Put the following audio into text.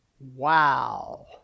Wow